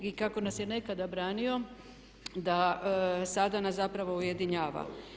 I kako nas je nekada branio da sada nas zapravo ujedinjava.